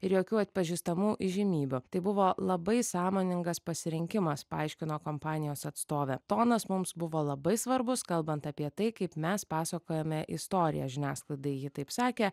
ir jokių atpažįstamų įžymybių tai buvo labai sąmoningas pasirinkimas paaiškino kompanijos atstovė tonas mums buvo labai svarbus kalbant apie tai kaip mes pasakojame istoriją žiniasklaidai ji taip sakė